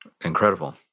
Incredible